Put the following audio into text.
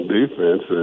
defense